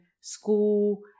school